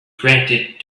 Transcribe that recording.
granted